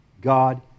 God